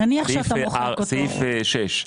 סעיף (6).